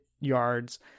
yards